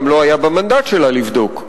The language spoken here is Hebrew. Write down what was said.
גם לא היה במנדט שלה לבדוק,